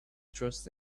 trust